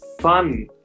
fun